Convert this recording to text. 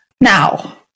now